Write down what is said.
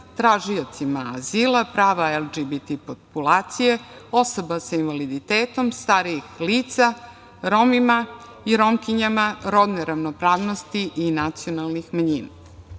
tražiocimaAzila, prava LGBT populacije, osoba sa invaliditetom, starijih lica, Romima i Romkinjama rodne ravnopravnosti i nacionalnih manjina.